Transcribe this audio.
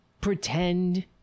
pretend